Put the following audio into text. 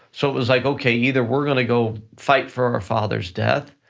so it was like, okay, either we're gonna go fight for our father's death,